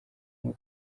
umwe